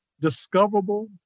discoverable